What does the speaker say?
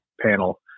panel